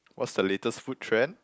what's the latest food trend